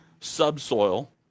subsoil